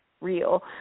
real